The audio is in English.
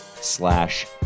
slash